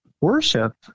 worship